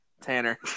Tanner